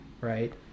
right